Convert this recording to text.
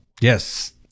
Yes